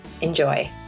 Enjoy